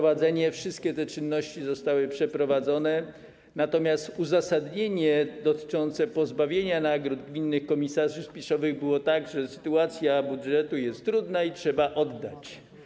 Wszystkie te czynności zostały przeprowadzone, natomiast w uzasadnieniu dotyczącym pozbawienia nagród gminnych komisarzy spisowych stwierdzono, że sytuacja budżetu jest trudna i nagrody trzeba oddać.